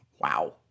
Wow